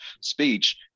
speech